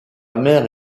mère